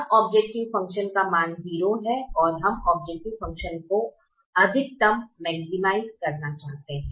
अब objective function का मान 0 है और हम औब्जैकटिव फ़ंक्शन को अधिकतम करना चाहते हैं